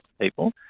people